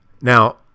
Now